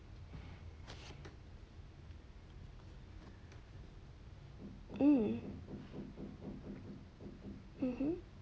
hmm mmhmm